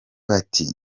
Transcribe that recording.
bati